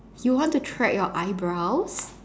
you want to thread your eyebrows